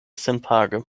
senpage